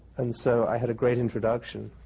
and so, i had a great introduction.